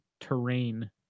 terrain